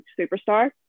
Superstar